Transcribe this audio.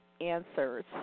answers